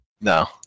no